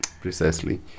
Precisely